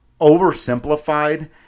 oversimplified